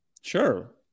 sure